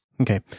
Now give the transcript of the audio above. Okay